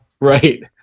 Right